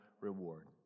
reward